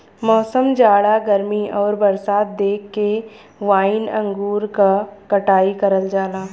मौसम, जाड़ा गर्मी आउर बरसात देख के वाइन अंगूर क कटाई कइल जाला